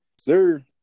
Sir